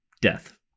death